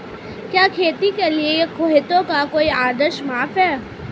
क्या खेती के लिए खेतों का कोई आदर्श माप है?